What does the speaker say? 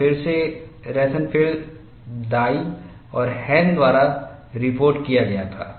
यह फिर से रोसेनफील्ड दाई और हैन द्वारा रिपोर्ट किया गया था